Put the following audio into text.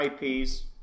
IPs